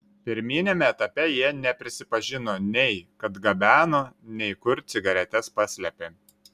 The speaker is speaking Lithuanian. pirminiame etape jie neprisipažino nei kad gabeno nei kur cigaretes paslėpė